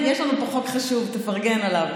יש לנו פה חוק חשוב, תפרגן עליו.